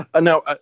Now